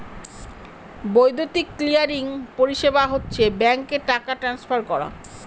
বৈদ্যুতিক ক্লিয়ারিং পরিষেবা হচ্ছে ব্যাঙ্কে টাকা ট্রান্সফার করা